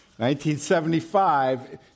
1975